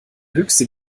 höchste